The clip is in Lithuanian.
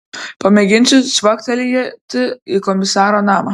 pamėginsiu cvaktelėti į komisaro namą